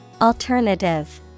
Alternative